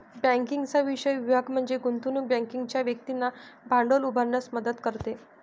बँकिंगचा विशेष विभाग म्हणजे गुंतवणूक बँकिंग जी व्यक्तींना भांडवल उभारण्यास मदत करते